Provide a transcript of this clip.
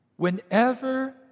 Whenever